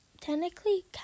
technically